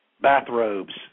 bathrobes